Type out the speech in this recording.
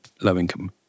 low-income